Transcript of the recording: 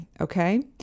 okay